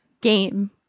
game